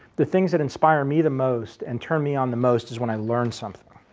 the things that inspire me the most and turn me on the most is when i learn something.